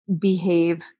behave